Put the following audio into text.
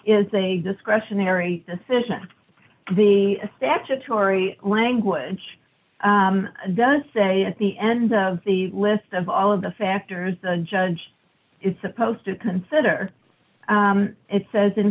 a discretionary decision the statutory language does say at the end of the list of all of the factors the judge is supposed to consider it says in